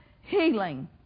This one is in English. healing